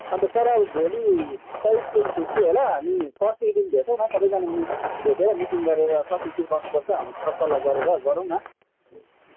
अन्त सर अब भोलि त स्कुल छुट्टी होला हामी पर्सिको दिन भेटौँ न सबजना मिट भेटेर मिटिङ गरेर कति के गर्नु पर्छ हामी सर सल्लाह गरेर गरौँ न